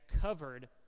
covered